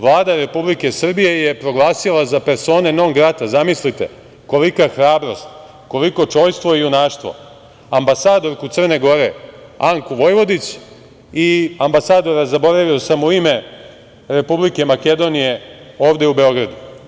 Vlada Republike Srbije je proglasila za persone non grata, zamislite kolika hrabrost, koliko čojstvo i junaštvo, ambasadorku Crne Gore, Anku Vojvodić, i ambasadora, zaboravio sam mu ime, Republike Makedonije ovde u Beogradu.